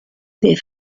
the